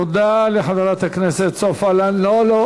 תודה לחבר הכנסת סופה לנדבר.